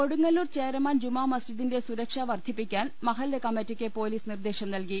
കൊടുങ്ങല്ലൂർ ചേരമാൻ ജുമാ മസ്ജിദിന്റെ സുരക്ഷ വർദ്ധിപ്പിക്കാൻ മഹല്ല് കമ്മിറ്റിക്ക് പൊലീസ് നിർദ്ദേശം നൽകി